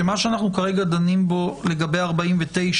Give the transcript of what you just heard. שמה שאנחנו דנים בו עכשיו לגבי 49,